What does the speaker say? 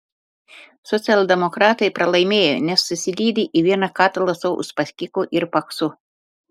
socialdemokratai pralaimėjo nes susilydė į vieną katilą su uspaskichu ir paksu